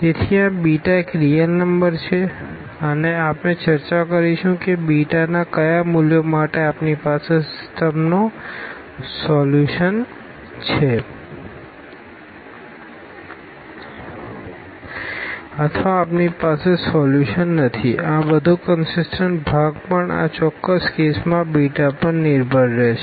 તેથી આ બીટા એક રીઅલ નંબર છે અને આપણે ચર્ચા કરીશું કે બીટાના કયા મૂલ્યો માટે આપણી પાસે સિસ્ટમનો સોલ્યુશન છે અથવા આપણી પાસે સોલ્યુશન નથી આ બધા કનસીસટન્ટ ભાગ પણ આ ચોક્કસ કેસમાં બીટા પર નિર્ભર રહેશે